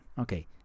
Okay